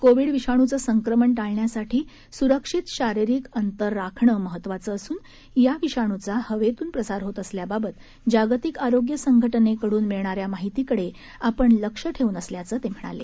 Covid विषाणूचं संक्रमण टाळण्यासाठी सुरक्षित शारीरिक अंतर राखणं महत्वाचं असून या विषाणूचा हवेतून प्रसार होत असल्याबाबत जागतिक आरोग्य संघटनेकडून मिळणाऱ्या माहितीकडे आपण लक्ष ठेवून असल्याचं ते म्हणाले